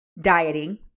dieting